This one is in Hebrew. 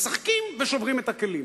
משחקים ושוברים את הכלים.